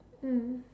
mm